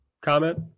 comment